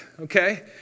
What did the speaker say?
okay